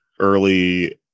Early